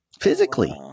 Physically